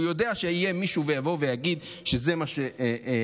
הוא יודע שיהיה מישהו שיבוא ויגיד שזה מה שמחולק,